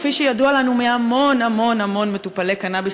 כפי שידוע לנו מהמון המון מטופלי קנאביס